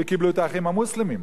וקיבלו את "האחים המוסלמים".